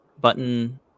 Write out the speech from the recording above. button